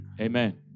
Amen